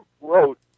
wrote